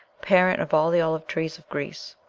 parent of all the olive-trees of greece.